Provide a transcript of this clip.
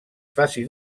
faci